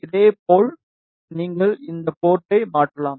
இதேபோல் நீங்கள் இந்த போர்ட்டை மாற்றலாம்